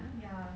ya